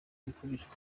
ibikoresho